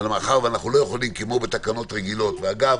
מאחר ואנחנו לא יכולים, כמו בתקנות רגילות ואגב,